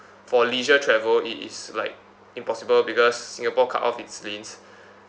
for leisure travel it is like impossible because singapore cut off its lanes